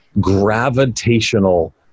gravitational